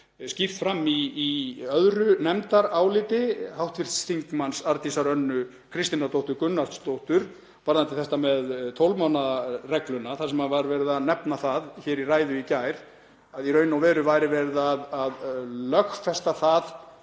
skýrt fram í nefndaráliti hv. þm. Arndísar Önnu Kristínardóttir Gunnarsdóttur, varðandi þetta með 12 mánaða regluna, þar sem var verið að nefna það hér í ræðu í gær að í raun og veru væri verið að lögfesta það